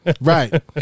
right